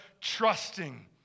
trusting